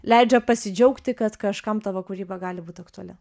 leidžia pasidžiaugti kad kažkam tavo kūryba gali būt aktuali